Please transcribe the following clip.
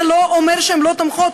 זה לא אומר שהן תומכות.